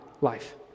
life